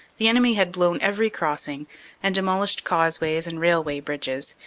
the enemy had blown every crossing and demolished causeways and railway bridges,